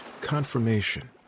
confirmation